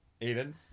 Eden